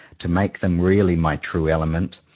to make them really my true element.